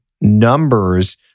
numbers